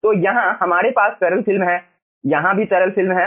तो यहाँ हमारे पास तरल फिल्म हैं यहाँ भी तरल फिल्म हैं